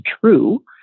true